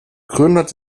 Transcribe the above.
grönland